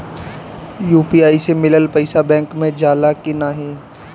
UPI से मिलल पईसा बैंक मे जाला की नाहीं?